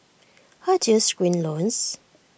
how do you screen loans